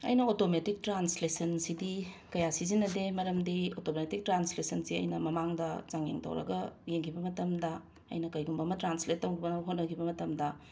ꯑꯩꯅ ꯑꯣꯇꯣꯃꯦꯇꯤꯛ ꯇ꯭ꯔꯥꯟꯁꯂꯦꯁꯟꯁꯤꯗꯤ ꯀꯌꯥ ꯁꯤꯖꯤꯟꯅꯗꯦ ꯃꯔꯝꯗꯤ ꯑꯣꯇꯣꯃꯦꯇꯤꯛ ꯇ꯭ꯔꯥꯟꯁꯂꯦꯁꯟꯁꯦ ꯑꯩꯅ ꯃꯃꯥꯡꯗ ꯆꯥꯡꯌꯦꯡ ꯇꯧꯔꯒ ꯌꯦꯡꯈꯤꯕ ꯃꯇꯝꯗ ꯑꯩꯅ ꯀꯩꯒꯨꯝꯕ ꯑꯃ ꯇ꯭ꯔꯥꯟꯁꯂꯦꯠ ꯇꯧꯅꯕ ꯍꯣꯠꯅꯈꯤꯕ ꯃꯇꯝꯗ